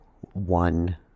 one